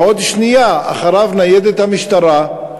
ועוד שנייה אחריו ניידת המשטרה,